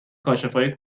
کاشفای